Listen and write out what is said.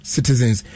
Citizens